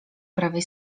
prawej